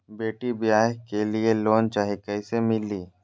बेटी ब्याह के लिए लोन चाही, कैसे मिली?